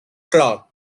clock